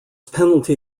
penalty